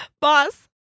Boss